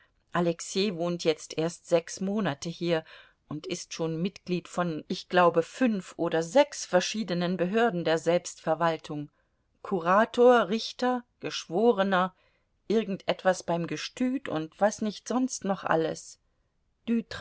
alexei wohnt jetzt erst sechs monate hier und ist schon mitglied von ich glaube fünf oder sechs verschiedenen behörden der selbstverwaltung kurator richter geschworener irgend etwas beim gestüt und was nicht sonst noch alles